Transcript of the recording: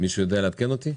מישהו יודע לעדכן אותי?